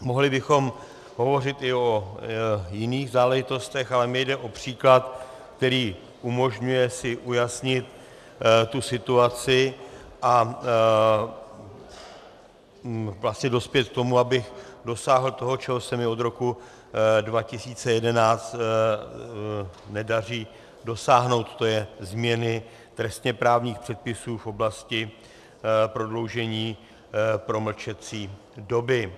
Mohli bychom hovořit i o jiných záležitostech, ale mně jde o příklad, který umožňuje si ujasnit situaci a vlastně dospět k tomu, abych dosáhl toho, čeho se mi od roku 2011 nedaří dosáhnout, to je změny trestněprávních předpisů v oblasti prodloužení promlčecí doby.